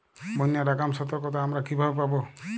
বন্যার আগাম সতর্কতা আমরা কিভাবে পাবো?